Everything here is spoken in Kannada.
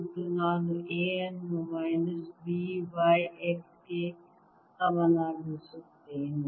ಮತ್ತು ನಾನು A ಅನ್ನು ಮೈನಸ್ B y x ಗೆ ಸಮನಾಗಿಸುತ್ತೇನೆ